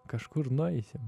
kažkur nueisim